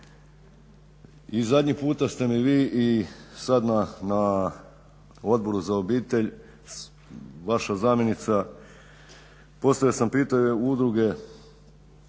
I zadnji puta ste mi vi i sad na Odboru za obitelj, vaša zamjenica, postavio sam pitanje udruge